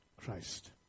Christ